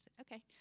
okay